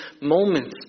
moments